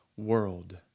world